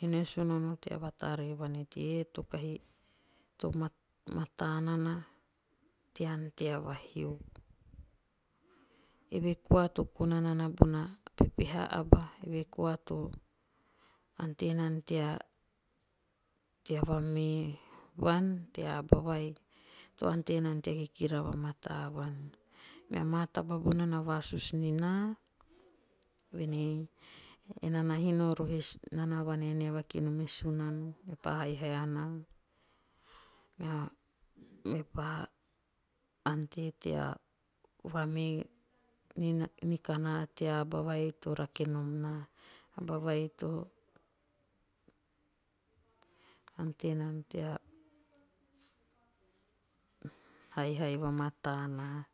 hino e sunano tea vatare vuan e teie to mataa nana tea vahio. Eve koa to kona nana. eve koa to ante nana tea vame vuan tea- tea aba vai to ante nana tea kikira vamataa vuan. Mea maa taba bona na vasusu nina. Voen ei. enaa na hino roho e vaneg nava kinom e sunano mepa haihai anaa tea aba vai to rake nom naa. A aba vai to ante nana tea haihai vamataa anaa